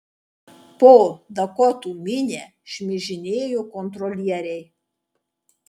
po dakotų minią šmižinėjo kontrolieriai